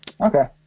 Okay